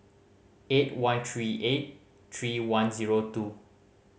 eight one three eight three one zero two